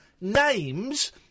names